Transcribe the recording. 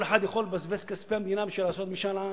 כל אחד יכול לבזבז כספי מדינה בשביל לעשות משאל עם.